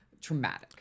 traumatic